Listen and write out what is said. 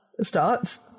starts